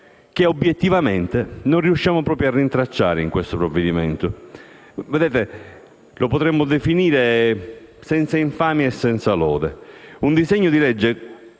che, obiettivamente, non riusciamo proprio a rintracciare in questo provvedimento, che potremmo definire senza infamia e senza lode. Il disegno di legge